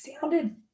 sounded